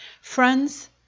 Friends